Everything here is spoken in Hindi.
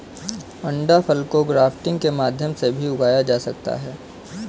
अंडाफल को ग्राफ्टिंग के माध्यम से भी उगाया जा सकता है